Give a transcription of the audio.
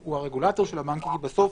שהוא הרגולטור של הבנקים, כי בסוף